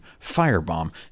Firebomb